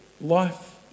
life